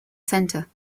centre